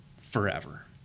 forever